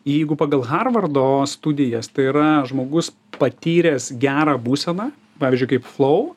jeigu pagal harvardo studijas tai yra žmogus patyręs gerą būseną pavyzdžiui kaip flou